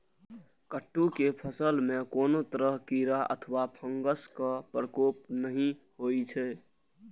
कट्टू के फसल मे कोनो तरह कीड़ा अथवा फंगसक प्रकोप नहि होइ छै